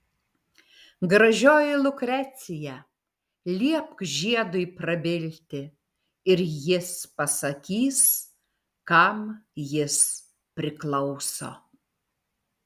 gražioji lukrecija liepk žiedui prabilti ir jis pasakys kam jis priklauso